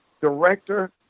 director